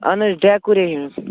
اَہَن حظ ڈیکوٗریشن